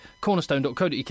cornerstone.co.uk